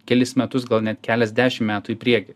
kelis metus gal net keliasdešim metų į priekį